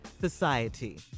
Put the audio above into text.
society